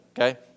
Okay